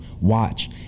watch